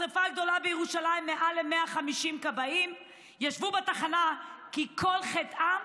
בשרפה הגדולה בירושלים מעל ל-150 כבאים ישבו בתחנה כי כל חטאם,